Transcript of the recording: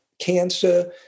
cancer